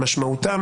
משמעותם,